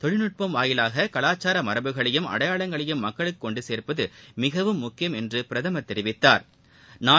தொழில்நுட்பம் வாயிலாககலாச்சாரமரபுகளையும் அடையாளங்களையும் மக்களுக்குகொண்டுசேர்ப்பதுமிகவும் முக்கியம் என்றுஅவர் தெரிவித்தார்